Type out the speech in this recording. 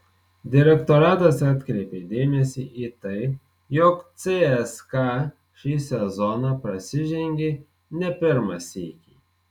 direktoratas atkreipė dėmesį į tai jog cska šį sezoną prasižengė ne pirmą sykį